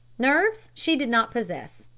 nerves she did not possess,